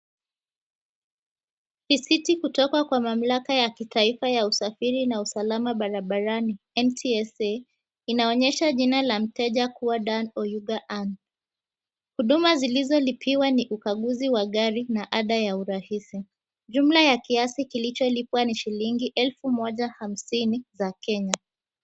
Risiti kutoka kwa mamlaka ya kitaifa ya usalama barabarani, NTSA, inaonyesha jina la mteja kuwa Dan Oyuga Amu. Huduma zilizolipiwa ni ukaguzi wa gari na ada ya urahisi. Jumla ya kiasi kilicholipwa ni shilingi elfu moja, hamsini za kenya.